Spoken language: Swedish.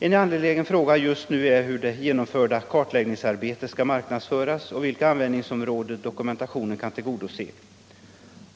En angelägen fråga just nu är hur det genomförda kartläggningsarbetet skall marknadsföras och vilka användningsområden som dokumentationen kan tillgodose.